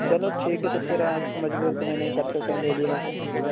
چلو ٹھیک ہے تو پھر آپ مجبور تو میں نہیں کر سکتا ہوں لے لیا ہے تو